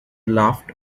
laughed